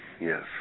yes